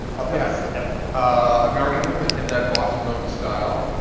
um yes. yeah american woman in that bossa nova style,